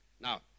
Now